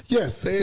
Yes